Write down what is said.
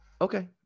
Okay